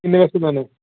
किन्ने पैसे लैने